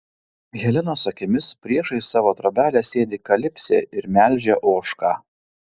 helenos akimis priešais savo trobelę sėdi kalipsė ir melžia ožką